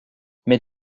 mais